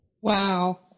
Wow